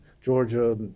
georgia